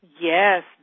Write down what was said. Yes